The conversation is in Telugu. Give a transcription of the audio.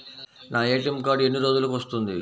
నా ఏ.టీ.ఎం కార్డ్ ఎన్ని రోజులకు వస్తుంది?